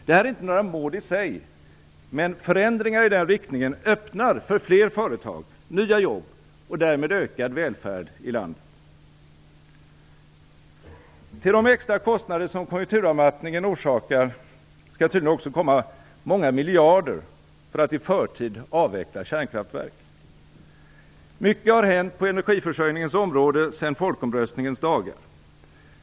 Detta är inte några mål i sig. Men förändringar i den riktningen öppnar för fler företag, nya jobb och därmed ökad välfärd i landet. Till de extra kostnader som konjunkturavmattningen orsakar skall tydligen också komma många miljarder för att i förtid avveckla kärnkraftverk. Mycket har hänt på energiförsörjningens område sedan folkomröstningens dagar.